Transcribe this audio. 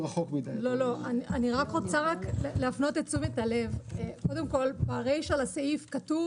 אני רוצה להפנות את תשומת הלב שברישה של הסעיף כתוב